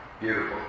beautiful